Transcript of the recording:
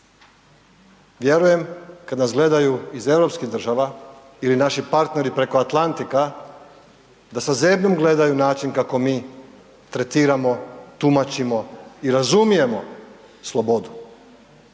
Vjerujem kad nas gledaju iz europskih država ili naši partneri preko Atlantika, da sa zebnjom gledaju način kako mi tretiramo, tumačimo i razumijemo slobodu